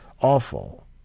awful